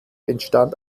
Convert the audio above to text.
entstand